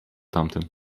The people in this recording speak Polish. tamten